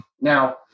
Now